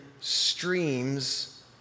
streams